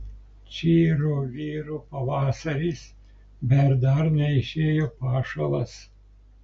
čyru vyru pavasaris bet dar neišėjo pašalas